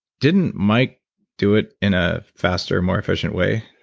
didn't mike do it in a faster, more efficient way?